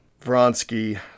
Vronsky